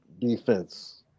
defense